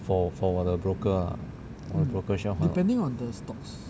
for for 我的 broker ah 我的 broker 需要还